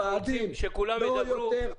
אנחנו רוצים שכולם ידברו.